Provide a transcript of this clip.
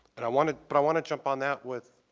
and i want but i want to jump on that with